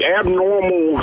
abnormal